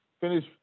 Finish